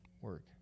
work